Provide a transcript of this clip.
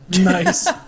Nice